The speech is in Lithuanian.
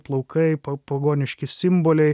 plaukai pagoniški simboliai